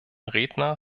redner